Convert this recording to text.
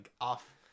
off